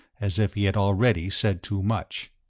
as if he had already said too much.